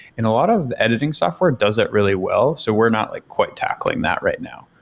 and a lot of editing software does that really well, so we're not like quite tackling that right now.